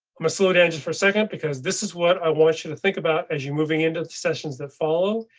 i'm a slow down just for a second because this is what i want you to think about as you moving into the sessions that follow,